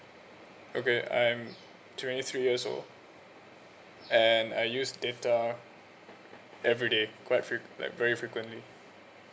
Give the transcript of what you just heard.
okay I am twenty three years old and I use data everyday quite freq~ like very frequently